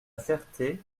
ferté